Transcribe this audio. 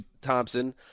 Thompson